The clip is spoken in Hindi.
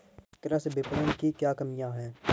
कृषि विपणन की क्या कमियाँ हैं?